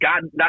God